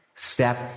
Step